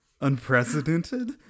unprecedented